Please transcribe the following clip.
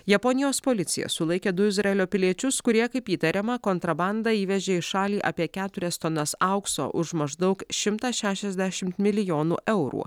japonijos policija sulaikė du izraelio piliečius kurie kaip įtariama kontrabanda įvežė į šalį apie keturias tonas aukso už maždaug šimtą šešiasdešimt milijonų eurų